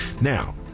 Now